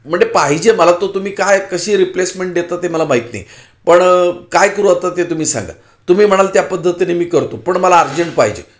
म्हणजे पाहिजे मला तो तुम्ही काय कशी रिप्लेसमेंट देता ते मला माहीत नाही पण काय करू आता ते तुम्ही सांगा तुम्ही म्हणाल त्या पद्धतीने मी करतो पण मला अर्जंट पाहिजे